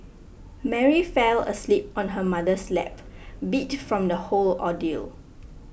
Mary fell asleep on her mother's lap beat from the whole ordeal